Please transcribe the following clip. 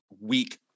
week